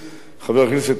חבר הכנסת מולה,